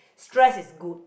stress is good